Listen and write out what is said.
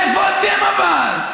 איפה אתם, אבל?